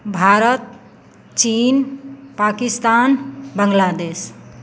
भारत चीन पाकिस्तान बाङ्गलादेश